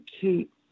keep